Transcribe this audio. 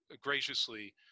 graciously